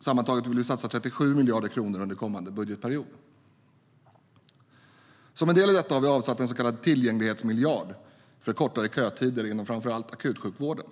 Sammantaget vill vi satsa 37 miljarder kronor under kommande budgetperiod. Som en del i detta har vi avsatt en så kallad tillgänglighetsmiljard för kortare kötider inom framför allt akutsjukvården.